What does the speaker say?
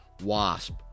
wasp